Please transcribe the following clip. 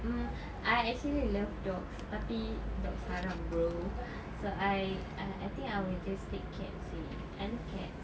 mm I actually love dogs tapi dogs haram bro so I I think I will just take cats seh I love cats